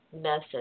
message